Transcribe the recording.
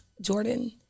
Jordan